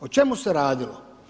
O čemu se radilo?